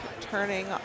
turning